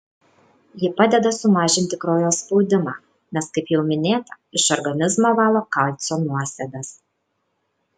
ji padeda sumažinti kraujo spaudimą nes kaip jau minėta iš organizmo valo kalcio nuosėdas